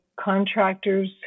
contractors